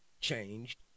changed